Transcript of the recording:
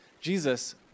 Jesus